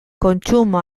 kontsumo